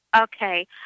Okay